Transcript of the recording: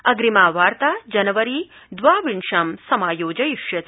अग्रिमा वार्ता जनवरी द्वाविंश्या समायोजयिष्यते